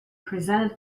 presented